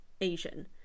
Asian